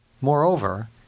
Moreover